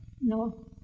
No